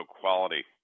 quality